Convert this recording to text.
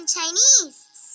Chinese